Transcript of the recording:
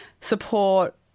support